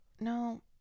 No